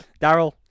Daryl